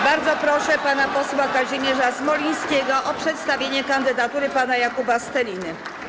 Bardzo proszę pana posła Kazimierza Smolińskiego o przedstawienie kandydatury pana Jakuba Steliny.